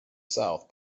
south